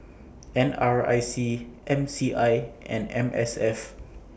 N R I C M C I and M S F